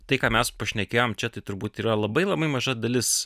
tai ką mes pašnekėjom čia tai turbūt yra labai labai maža dalis